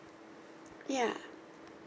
ya